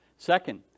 Second